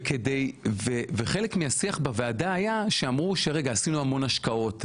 וחלק מהשיח בוועדה היה שאמרו שעשינו המון השקעות,